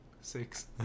six